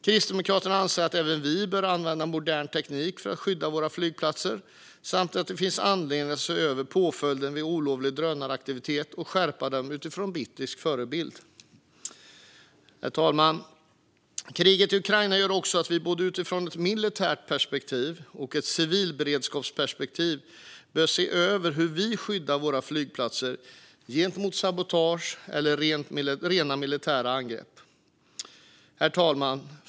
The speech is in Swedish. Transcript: Kristdemokraterna anser att även vi bör använda modern teknik för att skydda våra flygplatser samt att det finns anledning att se över påföljderna vid olovlig drönaraktivitet och skärpa dem utifrån brittisk förebild. Herr talman! Kriget i Ukraina gör också att vi utifrån både ett militärt perspektiv och ett civilberedskapsperspektiv bör se över hur vi skyddar våra flygplatser mot sabotage eller rena militära angrepp. Herr talman!